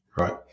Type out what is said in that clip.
Right